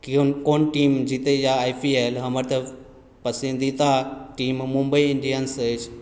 कोन कोन टीम जीतैए आई पी एल हमर तऽ पसन्दीदा टीम मुम्बई इंडियन्स अछि